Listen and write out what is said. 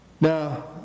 Now